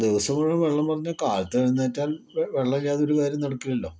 ദിവസം മുഴുവൻ വെള്ളം പറഞ്ഞാൽ കാലത്ത് എഴുന്നേറ്റാൽ വെള്ളമില്ലാതെ ഒരു കാര്യവും നടക്കില്ലല്ലോ